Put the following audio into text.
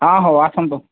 ହଁ ହଉ ଆସନ୍ତୁ